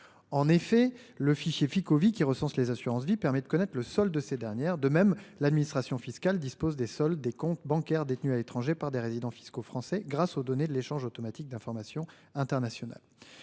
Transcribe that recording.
En effet le fichier Fico qui recense les assurances vie permet de connaître le solde de ces dernières. De même, l'administration fiscale dispose des soldes des comptes bancaires détenus à l'étranger par des résidents fiscaux français grâce aux données de l'échange automatique d'informations internationales.